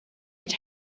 had